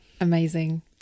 amazing